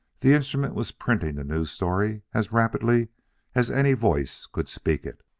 the instrument was printing the news story as rapidly as any voice could speak it.